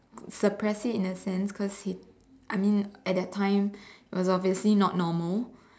suppress it in a sense coz he I mean at that time it was obviously not normal